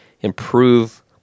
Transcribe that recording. improve